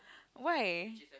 why